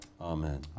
Amen